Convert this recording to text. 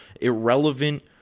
irrelevant